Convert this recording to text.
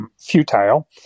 futile